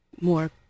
more